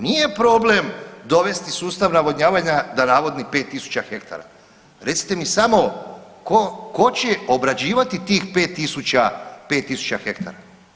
Nije problem dovesti sustav navodnjavanja da navodni 5 tisuća hektara, recite mi samo tko će obrađivati tih 5 tisuća hektara?